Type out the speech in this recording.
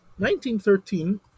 1913